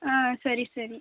ಹಾಂ ಸರಿ ಸರಿ